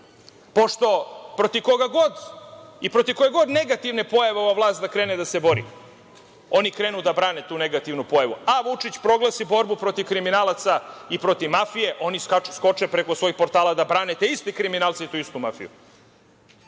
hrabre. Protiv koga god i protiv koje god negativne pojave ova vlast da krene da se bori, oni krene da brane tu negativnu pojavu. Ako Vučić proglasi borbu protiv kriminalaca i protiv mafije, oni skoče preko svojih portala da brane te iste kriminalce i tu istu mafiju.